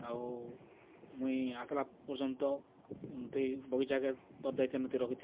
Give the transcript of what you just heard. ଆଉ ମୁଇଁ ଆସ୍ଲା ପର୍ଯ୍ୟନ୍ତ ତୁଇ ବଗିଚାକେ ତୋର୍ ଦାୟିତ୍ୱନେ ତୁଇ ରଖିଥିବୁ